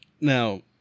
Now